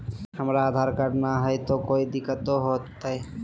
हमरा आधार कार्ड न हय, तो कोइ दिकतो हो तय?